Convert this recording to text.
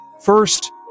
First